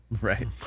Right